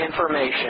Information